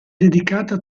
dedicata